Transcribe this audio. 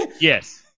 Yes